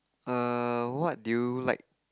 err what do you like